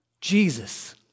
Jesus